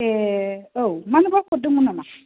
ए औ मानोबा हरदोंमोन नामा